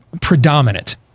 predominant